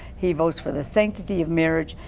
he votes for the sanctity of marriage.